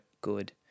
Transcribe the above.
good